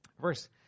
Verse